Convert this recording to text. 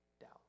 doubt